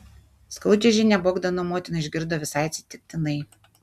skaudžią žinią bogdano motina išgirdo visai atsitiktinai